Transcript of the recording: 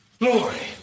glory